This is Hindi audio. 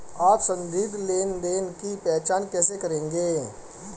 आप संदिग्ध लेनदेन की पहचान कैसे करेंगे?